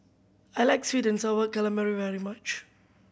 I like sweet and Sour Calamari very much